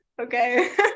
Okay